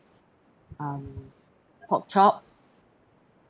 um pork chop